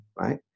right